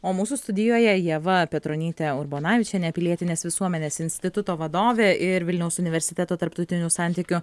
o mūsų studijoje ieva petronytė urbonavičienė pilietinės visuomenės instituto vadovė ir vilniaus universiteto tarptautinių santykių